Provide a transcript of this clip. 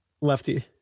Lefty